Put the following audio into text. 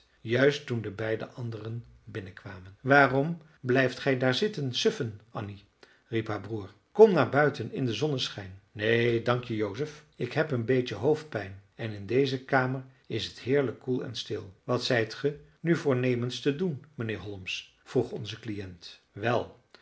juist toen de beide anderen binnenkwamen waarom blijft gij daar zitten suffen annie riep haar broer kom naar buiten in den zonneschijn neen dank je joseph ik heb een beetje hoofdpijn en in deze kamer is het heerlijk koel en stil wat zijt ge nu voornemens te doen mijnheer holmes vroeg onze cliënt wel